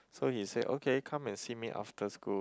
so he said okay come and see me after school